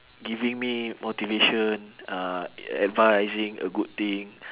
giving me motivation uh advising a good thing